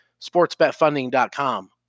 sportsbetfunding.com